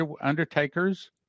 undertakers